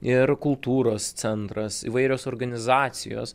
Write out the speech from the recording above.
ir kultūros centras įvairios organizacijos